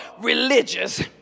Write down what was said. religious